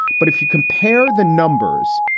but if you compare the numbers,